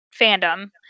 Fandom